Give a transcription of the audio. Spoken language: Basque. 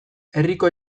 herriko